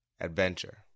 adventure